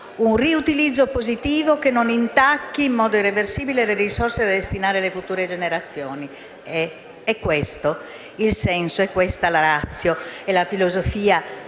un riutilizzo positivo che non intacchi in modo irreversibile le risorse da destinare alle future generazioni. Sono questi il senso, la *ratio* e la filosofia